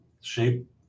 shape